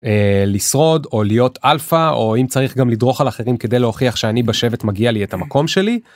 לשרוד או להיות אלפא או אם צריך גם לדרוך על אחרים כדי להוכיח שאני בשבט מגיע לי את המקום שלי.